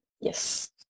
Yes